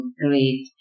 great